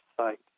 site